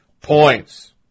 points